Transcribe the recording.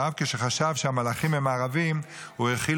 ואף כשחשב שהמלאכים הם ערבים הוא האכיל